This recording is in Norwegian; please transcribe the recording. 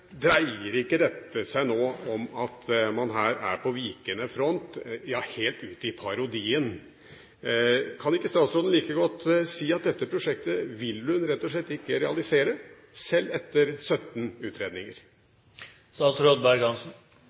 Dreier ikke dette seg nå om at man her er på vikende front, ja helt ut i parodien? Kan ikke statsråden like godt si at dette prosjektet vil hun rett og slett ikke realisere, selv etter 17